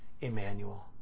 Emmanuel